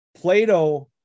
Plato